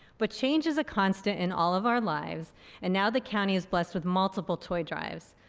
but change is a constant in all of our lives and now the county is blessed with multiple toy drives.